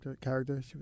character